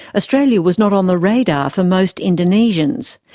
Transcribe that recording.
australia was not on the radar for most indonesians.